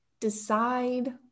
decide